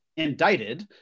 Indicted